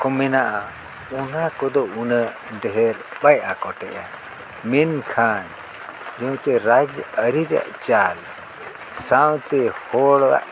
ᱠᱚᱢ ᱢᱮᱱᱟᱜᱼᱟ ᱚᱱᱟ ᱠᱚᱫᱚ ᱩᱱᱟᱹᱜ ᱰᱷᱮᱨ ᱵᱟᱭ ᱟᱠᱚᱴᱮᱜᱼᱟ ᱢᱮᱱᱠᱷᱟᱱ ᱨᱟᱡᱽᱟᱹᱨᱤ ᱨᱮᱭᱟᱜ ᱪᱟᱞ ᱥᱟᱶᱛᱮ ᱦᱚᱲᱟᱜ